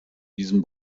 diesen